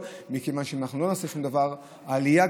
מכיוון שאם אנחנו לא נעשה שום דבר תהיה עלייה